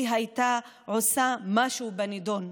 היא הייתה עושה משהו בנדון,